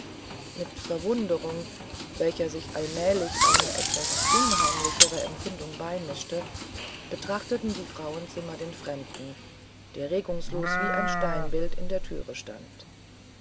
mit verwunderung welcher sich allmählich eine etwas unheimlichere empfindung beimischte betrachteten die frauenzimmer den fremden der regungslos wie ein steinbild in der türe stand